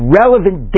relevant